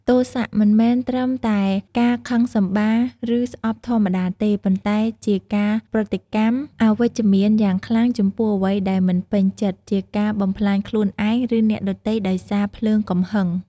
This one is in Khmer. ទោសៈ មិនមែនត្រឹមតែការខឹងសម្បារ ឬស្អប់ធម្មតាទេ ប៉ុន្តែជាការប្រតិកម្មអវិជ្ជមានយ៉ាងខ្លាំងចំពោះអ្វីដែលមិនពេញចិត្ត ជាការបំផ្លាញខ្លួនឯង និងអ្នកដទៃដោយសារភ្លើងកំហឹង។